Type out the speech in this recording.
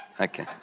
Okay